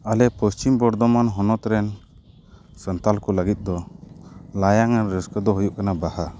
ᱟᱞᱮ ᱯᱚᱥᱪᱷᱤᱢ ᱵᱚᱨᱫᱷᱚᱢᱟᱱ ᱦᱚᱱᱚᱛ ᱨᱮᱱ ᱥᱟᱱᱛᱟᱲ ᱠᱚ ᱞᱟᱹᱜᱤᱫ ᱫᱚ ᱞᱟᱭᱚᱝ ᱟᱱ ᱨᱟᱹᱥᱠᱟᱹ ᱫᱚ ᱦᱩᱭᱩᱜ ᱠᱟᱱᱟ ᱵᱟᱦᱟ